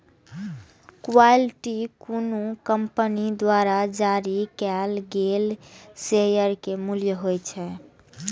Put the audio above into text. equity कोनो company द्वारा जारी कैल गेल शेयर के मूल्य होइ छै